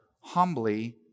humbly